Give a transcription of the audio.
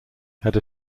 had